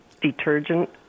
detergent